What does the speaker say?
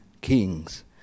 Kings